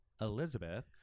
Elizabeth